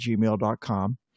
gmail.com